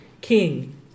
king